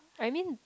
I mean